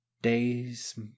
Days